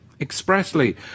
expressly